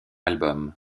album